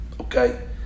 okay